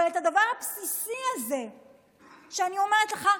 אבל את הדבר הבסיסי הזה שאני אומרת לך,